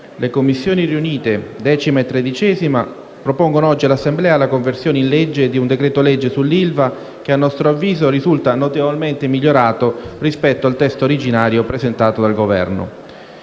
le Commissioni riunite 10a e 13a propongono oggi all'Assemblea la conversione in legge di un decreto-legge sull'ILVA che, a nostro avviso, risulta notevolmente migliorato rispetto al testo originario presentato dal Governo.